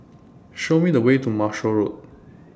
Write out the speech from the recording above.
Show Me The Way to Marshall Road